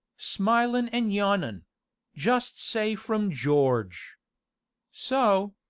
smilin' an' yawnin' just say from george so,